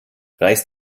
reiß